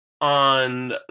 on